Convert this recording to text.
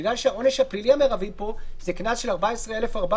בגלל שהעונש הפלילי המרבי פה זה קנס של 14,400,